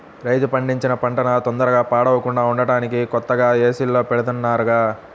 రైతు పండించిన పంటన తొందరగా పాడవకుండా ఉంటానికి కొత్తగా ఏసీల్లో బెడతన్నారుగా